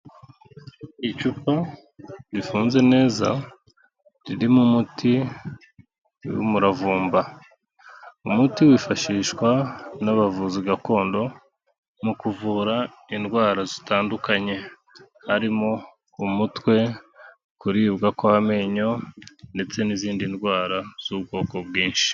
Icupa rifunze neza ririmo umuti w'umuravumba, umuti wifashishwa n'abavuzi gakondo mu kuvura indwara zitandukanye harimo umutwe, kuribwa kw'amenyo ndetse n'izindi ndwara z'ubwoko bwinshi.